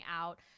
out